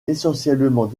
essentiellement